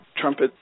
trumpet